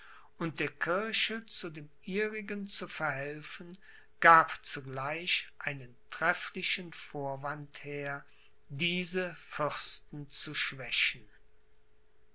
und der kirche zu dem ihrigen zu verhelfen gab zugleich einen trefflichen vorwand her diese fürsten zu schwächen